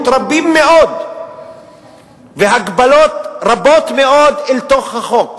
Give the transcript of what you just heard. רבים מאוד והגבלות רבות מאוד אל תוך החוק,